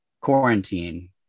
Quarantine